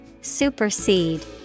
Supersede